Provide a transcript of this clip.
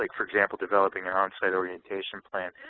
like for example, developing an onsite orientation plan,